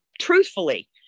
truthfully